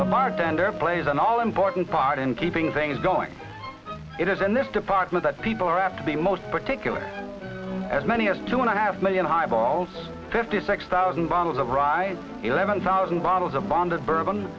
replace an all important part in keeping things going it is in this department that people are apt to be most particular as many as two and a half million highballs fifty six thousand bottles of rye eleven thousand bottles of bonded bourbon